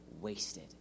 Wasted